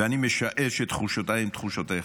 ואני משער שתחושותיי הן תחושותיך,